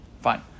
Fine